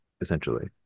essentially